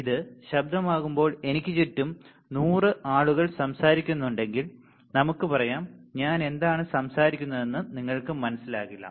ഇത് ഒരു ശബ്ദമാകുമ്പോൾ എനിക്ക് ചുറ്റും 100 ആളുകൾ സംസാരിക്കുന്നുണ്ടെങ്കിൽ നമുക്ക് പറയാം ഞാൻ എന്താണ് സംസാരിക്കുന്നതെന്ന് നിങ്ങൾക്ക് മനസ്സിലാകില്ല